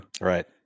Right